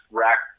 rack